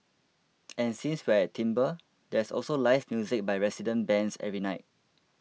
and since we're at Timbre there's also live music by resident bands every night